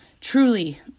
truly